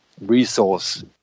resource